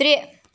ترٛےٚ